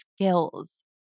skills